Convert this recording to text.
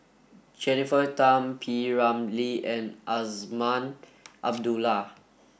Jennifer Tham P Ramlee and Azman Abdullah